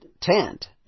tent